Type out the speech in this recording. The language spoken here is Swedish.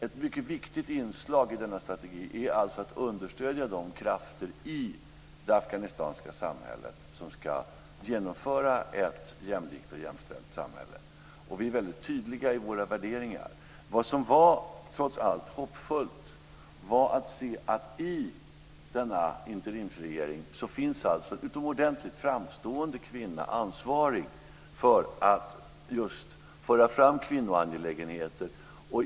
Ett mycket viktigt inslag i denna strategi är alltså att understödja de krafter i det afghanska samhället som ska genomföra ett jämlikt och jämställt samhälle. Vi är väldigt tydliga i våra värderingar. Vad som trots allt var hoppfullt var att se att det i denna interimsregering finns en utomordentligt framstående kvinna ansvarig för att just föra fram kvinnoangelägenheter.